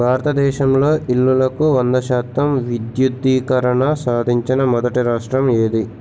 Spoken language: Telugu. భారతదేశంలో ఇల్లులకు వంద శాతం విద్యుద్దీకరణ సాధించిన మొదటి రాష్ట్రం ఏది?